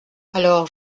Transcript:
alors